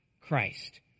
Christ